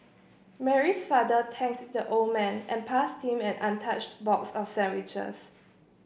Mary's father thanked the old man and passed him an untouched box of sandwiches